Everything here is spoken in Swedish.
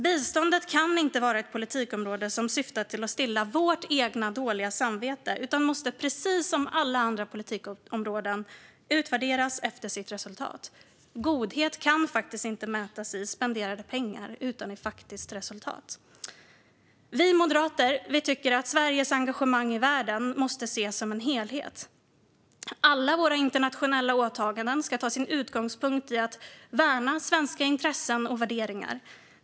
Biståndet kan inte vara ett politikområde som syftar till att stilla vårt eget dåliga samvete utan måste precis som alla andra politikområden utvärderas efter sitt resultat. Godhet kan inte mätas i spenderade pengar utan i faktiska resultat. Vi moderater tycker att Sveriges engagemang i världen måste ses som en helhet. Alla våra internationella åtaganden ska ta sin utgångspunkt i och värna svenska intressen och värderingar.